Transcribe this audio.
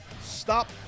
stop